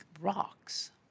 rocks